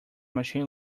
machine